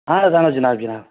اَہَن حظ اَہَن حظ جناب جناب